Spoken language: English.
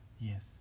yes